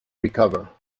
recover